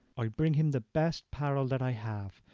i'll bring him the best parel that i have,